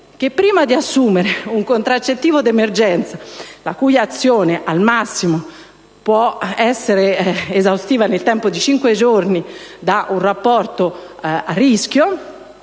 che prima di assumere un contraccettivo di emergenza, la cui azione al massimo può essere esaustiva nel tempo di cinque giorni da un rapporto sessuale